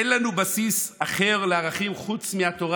אין לנו בסיס אחר לערכים חוץ מהתורה